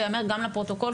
וייאמר גם לפרוטוקול,